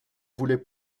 voulait